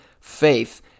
Faith